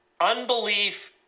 unbelief